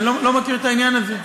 כי אני לא מכיר את העניין הזה.